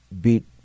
beat